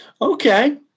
Okay